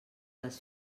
les